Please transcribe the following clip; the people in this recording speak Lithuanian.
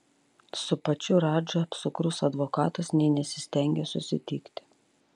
su pačiu radža apsukrus advokatas nė nesistengė susitikti